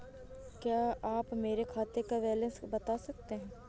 क्या आप मेरे खाते का बैलेंस बता सकते हैं?